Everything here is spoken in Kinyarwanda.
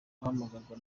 guhamagarwa